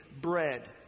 bread